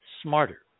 smarter